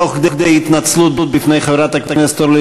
תוך כדי התנצלות בפני חברת הכנסת אורלי